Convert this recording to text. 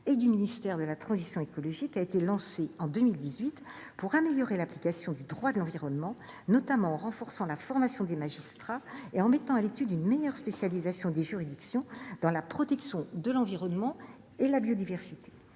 et du ministère de la transition écologique a été lancée en 2018 pour améliorer l'application du droit de l'environnement, notamment en renforçant la formation des magistrats et en mettant à l'étude une meilleure spécialisation des juridictions dans la protection de l'environnement et de la biodiversité.